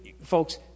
Folks